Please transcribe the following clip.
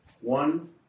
one